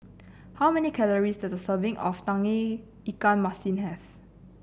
how many calories does a serving of Tauge Ikan Masin have